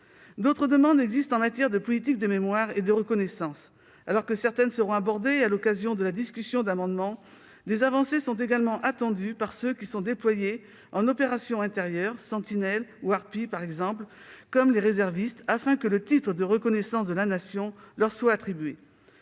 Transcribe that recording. D'autres demandes existent en matière de politique de mémoire et de reconnaissance. Alors que certaines d'entre elles seront abordées à l'occasion de la discussion des amendements, des avancées sont également attendues par ceux qui sont déployés en opération intérieure- Sentinelle ou Harpie, par exemple -, comme les réservistes, afin que le titre de reconnaissance de la Nation leur soit attribué.